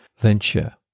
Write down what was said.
venture